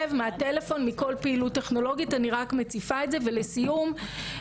זה לא רק כמו שנאמר עברייני מין וסוטים וזה,